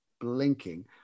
blinking